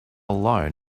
alone